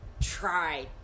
try